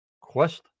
Quest